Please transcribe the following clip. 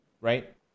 right